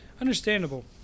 Understandable